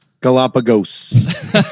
Galapagos